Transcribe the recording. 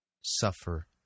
suffer